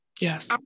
Yes